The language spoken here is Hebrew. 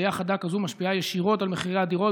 עלייה חדה כזאת משפיעה ישירות על מחירי הדירות,